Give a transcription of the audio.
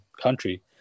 country